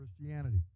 Christianity